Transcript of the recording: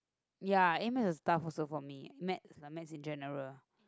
ya A-maths was tough also for me maths like maths in general